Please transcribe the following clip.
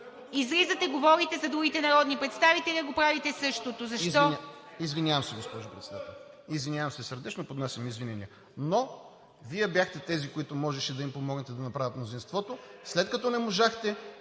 Излизате и говорите за другите народни представители, а го правите същото. Защо? РАДОМИР ЧОЛАКОВ: Извинявам се, госпожо Председател. Извинявам се сърдечно, поднасям извинения. Но Вие бяхте тези, които можеше да им помогнете да направят мнозинството, след като не можахте,